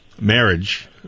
marriage